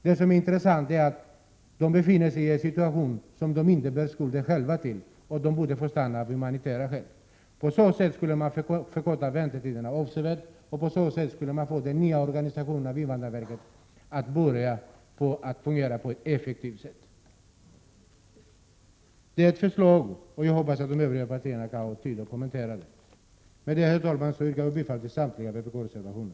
Det intressanta är att de befinner sig i en situation som de inte själva bär skulden till. De borde därför få stanna i Sverige av humanitära skäl. På det sättet skulle väntetiderna förkortas avsevärt, och den nya organisationen i invandrarverket skulle börja fungera på ett effektivt sätt. Detta är ett förslag, och jag hoppas att de övriga partierna har tid att kommentera det. Herr talman! Med det anförda yrkar jag bifall till samtliga vpk-reservationer.